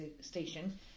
Station